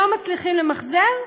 לא מצליחים למחזר,